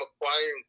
acquiring